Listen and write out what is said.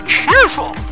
cheerful